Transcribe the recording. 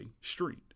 street